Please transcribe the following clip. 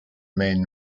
main